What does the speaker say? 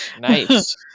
Nice